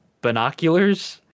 binoculars